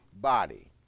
body